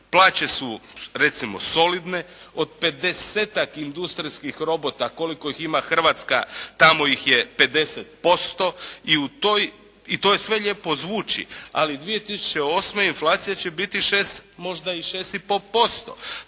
plaće su recimo solidne, od pedesetak industrijskih robota koliko ih ima Hrvatska tamo ih je 50% i to sve lijepo zvuči, ali 2008. inflacija će biti 6 možda i 6,5%.